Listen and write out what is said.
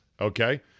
Okay